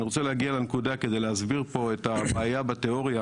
אני רוצה להגיע לנקודה כדי להסביר פה את הבעיה בתיאוריה,